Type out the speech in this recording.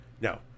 Now